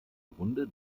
grunde